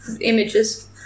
images